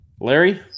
Larry